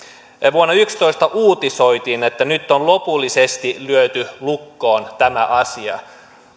vuonna kaksituhattayksitoista uutisoitiin että nyt on lopullisesti lyöty lukkoon tämä asia